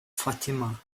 fatima